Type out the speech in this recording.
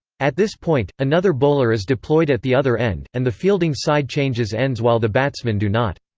at this point, another bowler is deployed at the other end, and the fielding side changes ends while the batsmen do not.